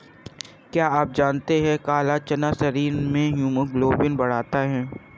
क्या आप जानते है काला चना शरीर में हीमोग्लोबिन बढ़ाता है?